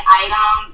item